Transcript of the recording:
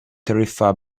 tarifa